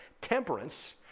temperance